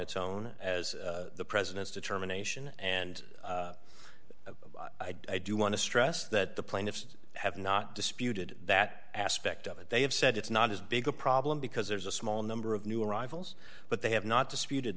its own as the president's determination and i do want to stress that the plaintiffs have not disputed that aspect of it they have said it's not as big a problem because there's a small number of new arrivals but they have not disputed